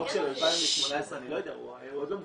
הדוח של 2018, אני לא יודע, הוא עוד לא מוכן,